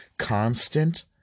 constant